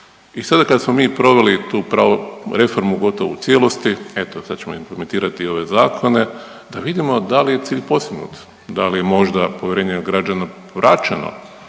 I sada kad smo mi proveli tu reformu gotovo u cijelosti, eto sad ćemo implementirati ove zakone, da vidimo da li je cilj postignut. Da li je možda povjerenje građana vraćeno?